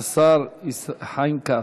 השר חיים כץ.